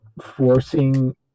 forcing